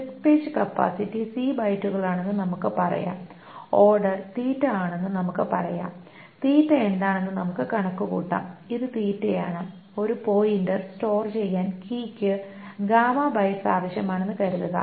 disk page capacity C ബൈറ്റുകളാണെന്ന് നമുക്ക് പറയാം ഓർഡർ തീറ്റ ആണെന്ന് നമുക്ക് പറയാം തീറ്റ എന്താണെന്ന് നമുക്ക് കണക്കുകൂട്ടാം ഇത് തീറ്റയാണ് ഒരു പോയിന്റർ സ്റ്റോർ ചെയ്യാൻ കീയ്ക്കു ഗാമ ബൈറ്റ്സ് ആവശ്യമാണെന്ന് കരുതുക